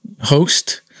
host